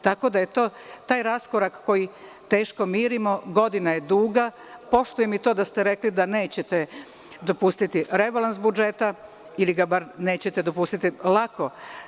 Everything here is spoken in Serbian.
Tako da je to taj raskorak koji teško mirimo, godina je duga, poštujem i to kada ste rekli da nećete dopustiti rebalans budžeta ili ga bar nećete dopustiti lako.